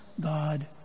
God